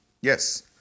yes